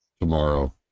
tomorrow